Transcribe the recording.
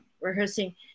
rehearsing